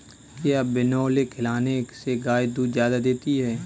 क्या बिनोले खिलाने से गाय दूध ज्यादा देती है?